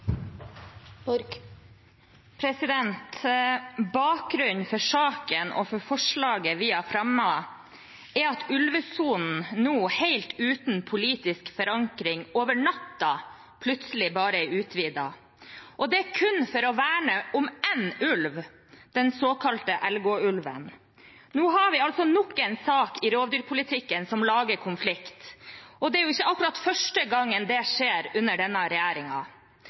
at ulvesonen nå helt uten politisk forankring over natten plutselig er utvidet, og det kun for å verne om én ulv, den såkalte Elgå-ulven. Nå har vi altså nok en sak i rovdyrpolitikken som lager konflikt, og det er ikke akkurat første gangen det skjer under denne